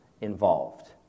involved